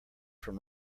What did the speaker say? from